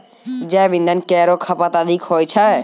जैव इंधन केरो खपत अधिक होय छै